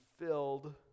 filled